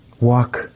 Walk